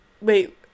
wait